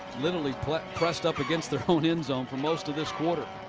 literally pressed up against their own end zone for most of this quarter.